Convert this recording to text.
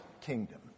kingdom